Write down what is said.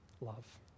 love